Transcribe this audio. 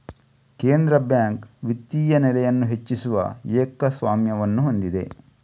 ಕೇಂದ್ರ ಬ್ಯಾಂಕ್ ವಿತ್ತೀಯ ನೆಲೆಯನ್ನು ಹೆಚ್ಚಿಸುವ ಏಕಸ್ವಾಮ್ಯವನ್ನು ಹೊಂದಿದೆ